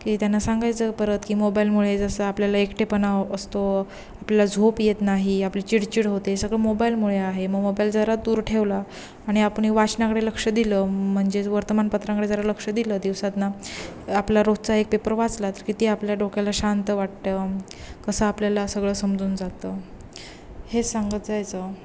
की त्यांना सांगायचं परत की मोबाईलमुळे जसं आपल्याला एकटेपणा असतो आपल्याला झोप येत नाही आपली चिडचिड होते सगळं मोबाईलमुळे आहे मग मोबाईल जरा दूर ठेवला आणि आपण वाचण्याकडे लक्ष दिलं म्हणजेच वर्तमानपत्रांकडे जरा लक्ष दिलं दिवसातनं आपला रोजचा एक पेपर वाचला तर किती आपल्या डोक्याला शांत वाटतं कसं आपल्याला सगळं समजून जातं हे सांगत जायचं